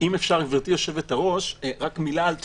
אם אפשר, גברתי היושבת-ראש, רק מילה על תפיסה.